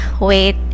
wait